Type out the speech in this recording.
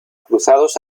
cruzados